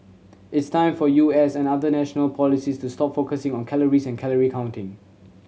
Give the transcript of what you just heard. it's time for U S and other national policies to stop focusing on calories and calorie counting